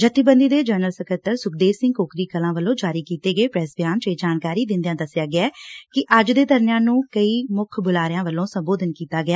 ਜਸੇਬੰਦੀ ਦੇ ਜਨਰਲ ਸਕੱਤਰ ਸੁਖਦੇਵ ਸਿੰਘ ਕੋਕਰੀ ਕਲਾਂ ਵੱਲੋ ਜਾਰੀ ਕੀਤੇ ਗਏ ਪ੍ਰੈੱਸ ਬਿਆਨ ੂ ਚ ਇਹ ਜਾਣਕਾਰੀ ਦਿਦਿਆ ਦੱਸਿਆ ਗਿਐ ਕਿ ਅੱਜ ਦੇ ਧਰਨਿਆ ਨੂੰ ਕਈ ਮੁੱਖ ਬੁਲਾਰਿਆ ਵੱਲੋ ਸੰਬੋਧਨ ਕੀਤਾ ਗਿਆ